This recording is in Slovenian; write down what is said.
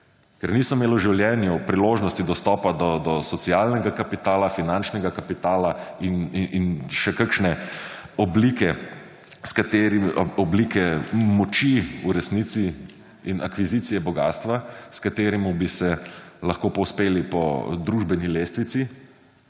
ker niso imeli v življenju priložnosti, dostopa do socialnega kapitala, finančnega kapitala in še kakšne oblike, oblike moči, v resnici, in akvizicije bogastva, s katerim bi se lahko povzeli po družbeni lestvici